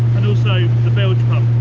and also the bilge pump.